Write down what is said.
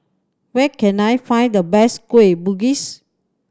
where can I find the best Kueh Bugis